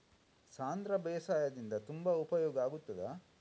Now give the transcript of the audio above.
ಸಾಂಧ್ರ ಬೇಸಾಯದಿಂದ ತುಂಬಾ ಉಪಯೋಗ ಆಗುತ್ತದಾ?